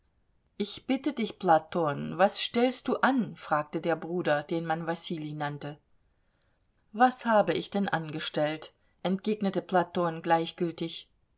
ich bitte dich platon was stellst du an fragte der bruder den man wassilij nannte was habe ich denn angestellt entgegnete platon gleichgültig